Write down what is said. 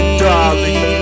darling